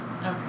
Okay